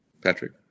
Patrick